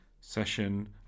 Session